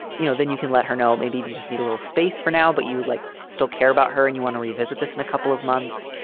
you know, then you can let her know. maybe you you just need a little space for now, but you like still care about her and you want to revisit this in a couple of months.